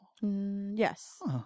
Yes